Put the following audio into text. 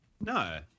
No